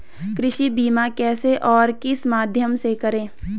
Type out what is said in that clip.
कृषि बीमा कैसे और किस माध्यम से करें?